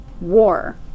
war